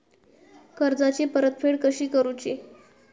कर्जाची परतफेड कशी करुची?